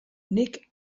nik